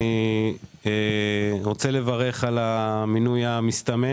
אני רוצה לברך על המינוי המסתמן